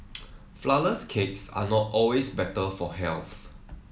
flour less cakes are not always better for health